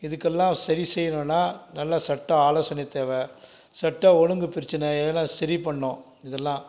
இதுக்கு எல்லாம் சரி செய்யணும்னால் நல்ல சட்ட ஆலோசனை தேவை சட்ட ஒழுங்கு பிரச்சினை இதெல்லாம் சரி பண்ணும் இதெல்லாம்